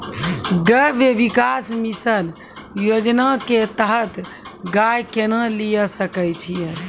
गव्य विकास मिसन योजना के तहत गाय केना लिये सकय छियै?